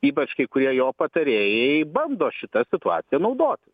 ypač kai kurie jo patarėjai bando šita situacija naudotis